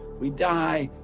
we die,